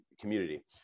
community